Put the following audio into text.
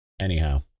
Anyhow